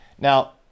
Now